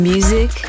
Music